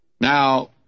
Now